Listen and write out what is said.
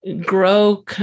grow